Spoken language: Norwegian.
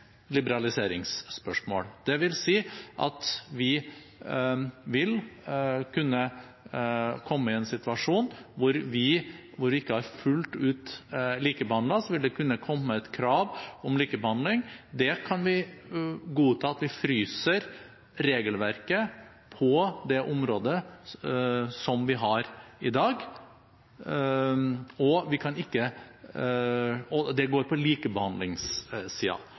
liberaliseringsspørsmål. Det vil si at vi vil kunne komme i en situasjon hvor vi ikke har fullt ut likebehandlet, og så vil det kunne komme et krav om likebehandling. Vi kan godta at vi fryser regelverket på det området som vi har i dag – det går på likebehandlingssiden. Men dette har vi